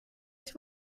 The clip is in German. ich